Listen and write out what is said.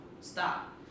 stop